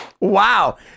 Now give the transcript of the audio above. Wow